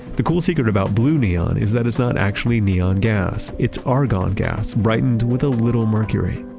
the cool secret about blue neon is that it's not actually neon gas. it's argon gas brightened with a little mercury,